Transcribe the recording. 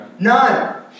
None